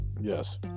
Yes